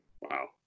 Wow